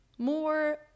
more